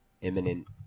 imminent